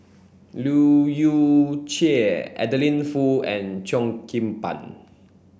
Leu Yew Chye Adeline Foo and Cheo Kim Ban